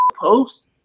post